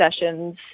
sessions